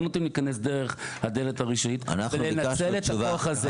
מאפשרים להם להיכנס דרך הדלת הראשית ולנצל את הכוח הזה?